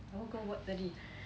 apa kau buat tadi